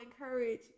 encourage